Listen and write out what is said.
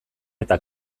eta